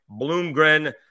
Bloomgren